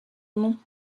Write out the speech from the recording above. nom